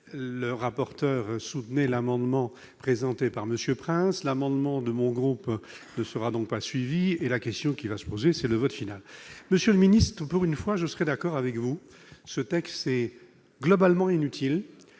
le rapporteur soutient l'amendement présenté par M. Prince. L'amendement de mon groupe ne sera donc pas suivi, et la question sera celle du vote final. Monsieur le secrétaire d'État, pour une fois, je suis d'accord avec vous : ce texte est globalement inutile.